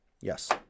Yes